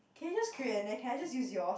can you just create and then can I just use yours